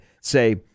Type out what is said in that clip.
Say